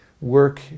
work